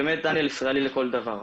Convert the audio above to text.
באמת, דניאל ישראלי לכל דבר.